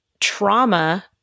trauma